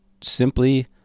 simply